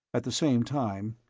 at the same time,